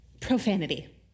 profanity